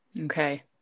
okay